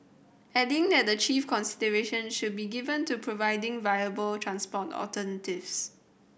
adding that the chief consideration should be given to providing viable transport alternatives